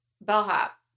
bellhop